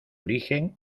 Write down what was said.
origen